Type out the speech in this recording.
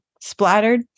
Splattered